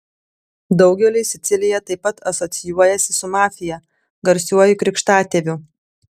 daugeliui sicilija taip pat asocijuojasi su mafija garsiuoju krikštatėviu